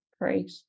Great